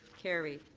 carried.